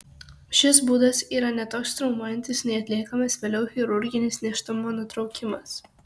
šis būdas yra ne toks traumuojantis nei atliekamas vėliau chirurginis nėštumo nutraukimas